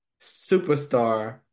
superstar